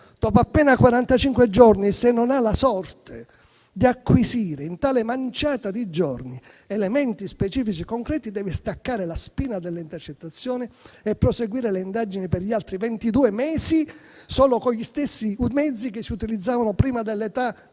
quarantacinque giorni, se non ha la sorte di acquisire in tale manciata di giorni elementi specifici concreti, deve staccare la spina delle intercettazioni e proseguire le indagini per altri ventidue mesi solo con gli stessi mezzi che si utilizzavano prima dell'età